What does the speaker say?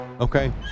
Okay